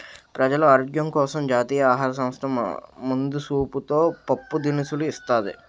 ప్రజలు ఆరోగ్యం కోసం జాతీయ ఆహార సంస్థ ముందు సూపుతో పప్పు దినుసులు ఇస్తాది